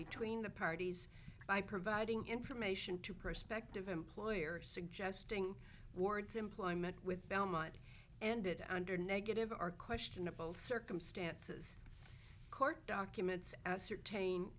between the parties by providing information to prospective employer suggesting ward's employment with belmont ended under negative are questionable circumstances court documents ascertain